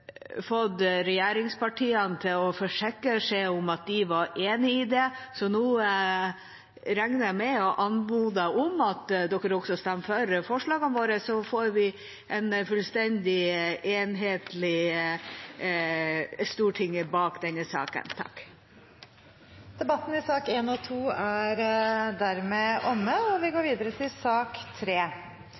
fått regjeringspartiene til å forsikre om at de var enige i det, så nå regner jeg med – og anmoder om – at de også stemmer for forslagene våre. Så får vi et fullstendig enhetlig storting bak denne saken. Flere har ikke bedt om ordet til sakene nr. 1 og 2. Etter ønske fra familie- og